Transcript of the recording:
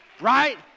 Right